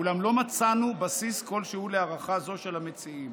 אולם לא מצאנו בסיס כלשהו להערכה זו של המציעים.